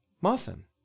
Muffin